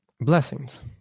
Blessings